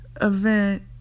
event